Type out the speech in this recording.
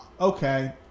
Okay